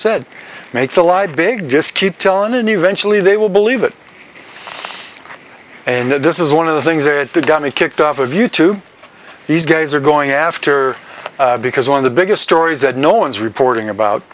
said make the lied big just keep tellin and eventually they will believe it and this is one of the things that got me kicked off of you tube these guys are going after because one of the biggest stories that no one's reporting about